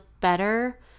better